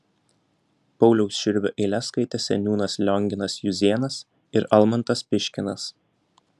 pauliaus širvio eiles skaitė seniūnas lionginas juzėnas ir almantas piškinas